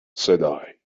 said